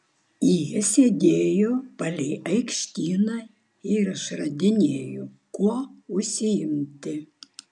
jie sėdėjo palei aikštyną ir išradinėjo kuo užsiimti